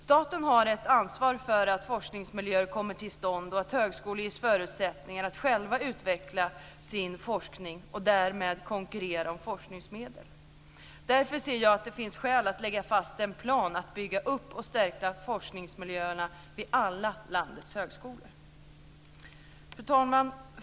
Staten har ett ansvar för att forskningsmiljöer kommer till stånd och att högskolorna ges förutsättningar att själva utveckla sin forskning och därmed konkurrera om forskningsmedel. Därför finns det skäl att lägga fast en plan att bygga upp och stärka forskningsmiljöerna vid alla landets högskolor. Fru talman!